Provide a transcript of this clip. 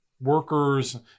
workers